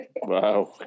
Wow